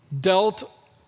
dealt